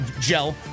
gel